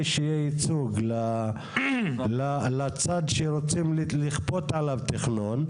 שיהיה ייצוג לצד שרוצים לכפות עליו תכנון.